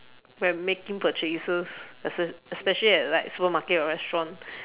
when making purchases espe~ especially at like supermarket or restaurant